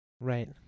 Right